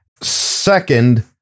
second